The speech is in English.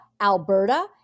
Alberta